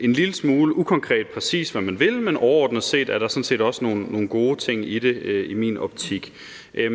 Det beskriver ikke, præcis hvad man vil, men overordnet set er der i min optik sådan set også nogle gode ting i det.